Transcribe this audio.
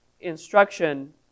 instruction